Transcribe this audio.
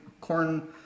corn